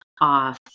off